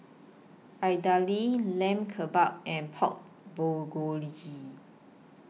Idili Lamb Kebabs and Pork Bulgogi